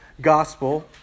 gospel